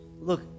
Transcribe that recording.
Look